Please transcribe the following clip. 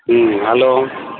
ହୁଁ ହେଲୋ